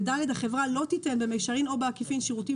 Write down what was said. וסעיף קטן (ד): "החברה לא תיתן במישרין או בעקיפין שירותים